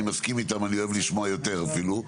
מסכים איתם אני אוהב לשמוע יותר אפילו,